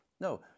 No